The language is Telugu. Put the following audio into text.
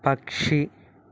పక్షి